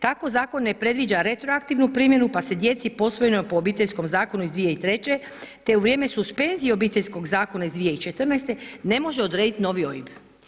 Tako zakon ne predviđa retroaktivnu primjenu pa se djeci posvojenom po Obiteljskom zakonu iz 2003. te u vrijeme suspenzije obiteljskog zakona iz 2014. ne može odredit novi OIB.